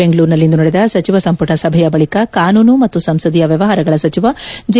ಬೆಂಗಳೂರಿನಲ್ಲಿಂದು ನಡೆದ ಸಚಿವ ಸಂಪುಟ ಸಭೆಯ ಬಳಿಕ ಕಾನೂನು ಮತ್ತು ಸಂಸದೀಯ ವ್ಯವಹಾರಗಳ ಸಚಿವ ಜೆ